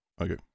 okay